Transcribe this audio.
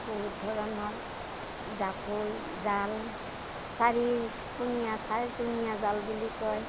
বহুত ধৰণৰ জাকৈ জাল চাৰিকোণীয়া চাৰিটনীয়া জাল বুলি কয়